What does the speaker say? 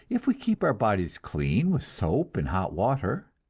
if we keep our bodies clean with soap and hot water,